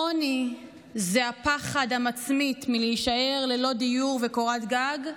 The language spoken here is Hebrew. עוני זה הפחד המצמית להישאר ללא דיור וקורת גג,